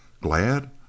Glad